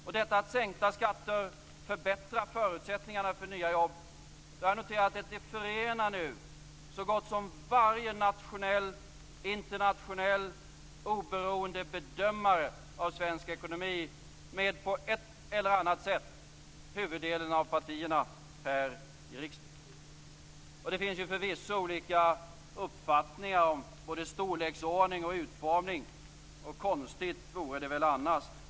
Och detta att sänkta skatter förbättrar förutsättningarna för nya jobb, har jag noterat, förenar nu så gott som varje nationell, internationell, oberoende bedömare av svensk ekonomi med på ett eller annat sätt huvuddelen av partierna här i riksdagen. Det finns ju förvisso olika uppfattningar om både storleksordning och utformning, och konstigt vore det väl annars.